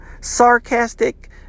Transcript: sarcastic